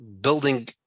building